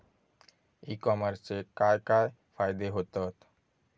E कॉमर्सचे काय काय फायदे होतत?